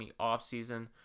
offseason